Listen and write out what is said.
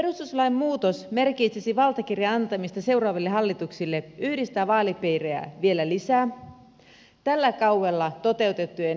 perustuslain muutos merkitsisi valtakirjan antamista seuraaville hallituksille yhdistää vaalipiirejä vielä lisää tällä kaudella toteutettujen yhdistämisten lisäksi